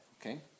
Okay